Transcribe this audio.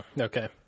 Okay